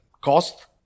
cost